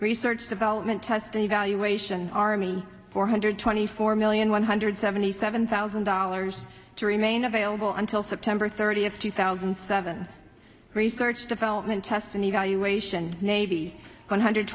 research development testing evaluation army four hundred twenty four million one hundred seventy seven thousand dollars to remain available until september thirtieth two thousand and seven research development test and evaluation navy one hundred